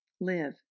live